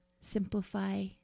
simplify